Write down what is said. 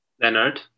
Leonard